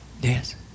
Yes